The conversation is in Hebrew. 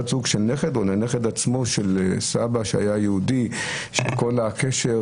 בת זוג של נכד או לנכד עצמו של סבא שהיה יהודי שכל הקשר